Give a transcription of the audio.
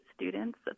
students